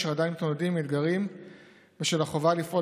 אשר עדיין מתמודדים עם אתגרים בשל החובה לפעול